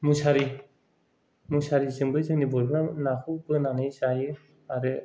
मुसारि मुसारिजोंबो जोंनि बर'फ्रा नाखौ बोनानै जायो आरो